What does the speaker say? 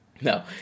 No